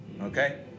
okay